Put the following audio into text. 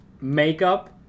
makeup